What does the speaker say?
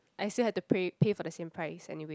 I still have to pray pay for the same price anyway